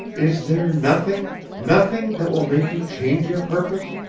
is there nothing nothing that will make you change your purpose,